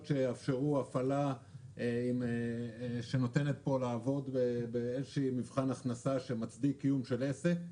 שיאפשרו הפעלה שנותנת לעמוד באיזשהו מבחן הכנסה שמצדיק קיום של עסק.